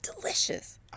delicious